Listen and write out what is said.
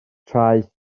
traeth